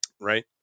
Right